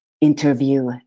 interview